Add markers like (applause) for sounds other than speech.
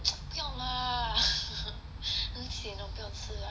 不用 lah (laughs) 很 sian 我不要吃 liao